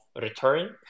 return